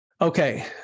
Okay